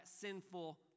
sinful